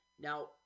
Now